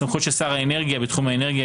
סמכויות שר האנרגיה בתחום האנרגיה,